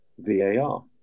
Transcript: VAR